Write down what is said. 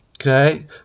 okay